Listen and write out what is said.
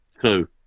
two